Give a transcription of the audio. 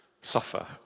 suffer